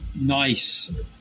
nice